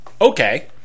Okay